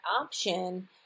option